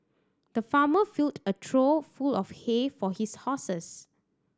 the farmer filled a trough full of hay for his horses